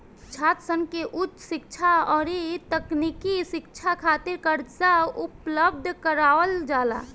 छात्रसन के उच शिक्षा अउरी तकनीकी शिक्षा खातिर कर्जा उपलब्ध करावल जाला